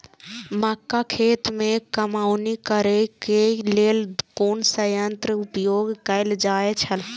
मक्का खेत में कमौनी करेय केय लेल कुन संयंत्र उपयोग कैल जाए छल?